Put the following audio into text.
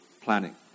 planning